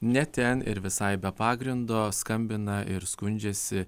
net ten ir visai be pagrindo skambina ir skundžiasi